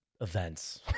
events